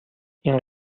این